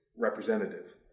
representative